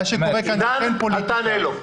עידן, אל תענה לו.